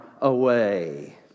away